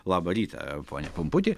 labą rytą pone pumputi